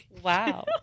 Wow